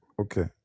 Okay